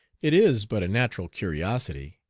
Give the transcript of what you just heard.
it is but a natural curiosity.